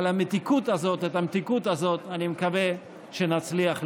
אבל את המתיקות הזאת אני מקווה שנצליח לשמר.